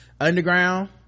Underground